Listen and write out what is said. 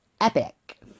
epic